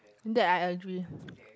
that I agree